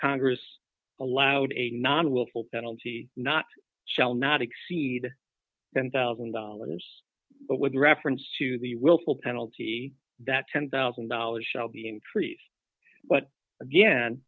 congress allowed a non willful penalty not shall not exceed ten thousand dollars but with reference to the willful penalty that ten thousand dollars shall be increased but again